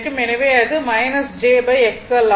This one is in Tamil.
எனவே அது j XL ஆகும்